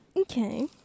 okay